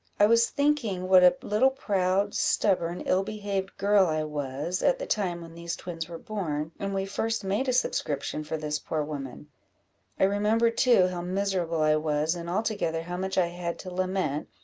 i was thinking what a little proud, stubborn, ill-behaved girl i was, at the time when these twins were born, and we first made a subscription for this poor woman i remembered, too, how miserable i was, and altogether how much i had to lament,